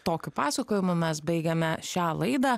tokiu pasakojimu mes baigiame šią laidą